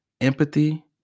empathy